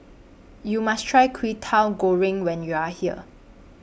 YOU must Try Kwetiau Goreng when YOU Are here